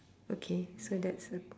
okay so that's a